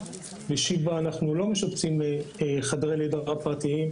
בשיבא אנחנו לא משפצים חדרי לידה --- פרטיים.